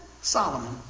Solomon